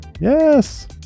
Yes